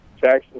Jackson